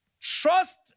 Trust